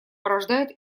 порождает